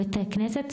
בתי כנסת,